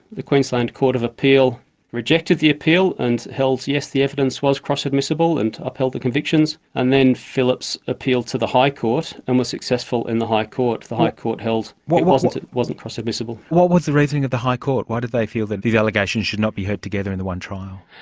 the queensland court of appeal rejected the appeal and held, yes, the evidence was cross-admissible, and upheld the convictions. and then phillips appealed to the high court and was successful in the high court the high court held it wasn't cross-admissible. what was the reasoning of the high court? why did they feel that these allegations should not be heard together in the one trial?